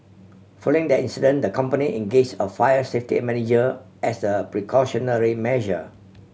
following that incident the company engage a fire safety manager as a precautionary measure